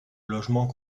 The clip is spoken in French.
logements